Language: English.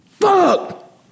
Fuck